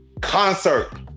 Concert